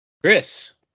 Chris